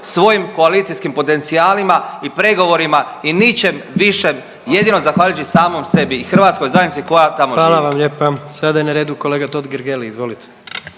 svojim koalicijskim potencijalima i pregovorima i ničem višem. Jedino zahvaljujući samom sebi i hrvatskoj zajednici koja tamo živi. **Jandroković, Gordan (HDZ)** Hvala vam lijepa. Sada je na redu kolega Totgergeli. Izvolite.